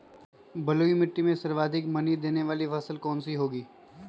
बलुई मिट्टी में सर्वाधिक मनी देने वाली फसल कौन सी होंगी?